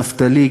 נפתלי,